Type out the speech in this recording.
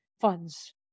funds